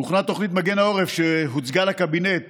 הוכנה תוכנית מגן העורף, אשר הוצגה לקבינט